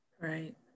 right